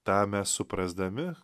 tą mes suprasdami